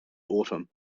autumn